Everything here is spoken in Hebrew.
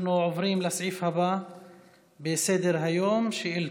אנחנו עוברים לסעיף הבא בסדר-היום: שאילתות.